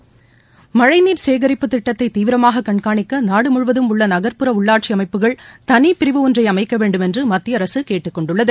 மழைநீர் சகேரிப்பு திட்டத்தை தீவிரமாக கண்காணிக்க நாடு முழுவதும் உள்ள நகர்ப்புற உள்ளாட்சி அமைப்புகள் தனிப்பிரிவு ஒன்றை அமைக்கவேண்டும் என்று மத்திய அரசு கேட்டுக்கொண்டுள்ளது